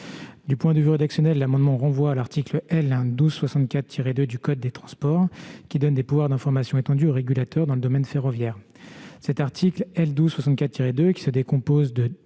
D'un point de vue rédactionnel, l'amendement renvoie à l'article L. 1264-2 du code des transports, qui donne des pouvoirs d'information étendus au régulateur dans le domaine ferroviaire. Cet article assez volumineux se compose de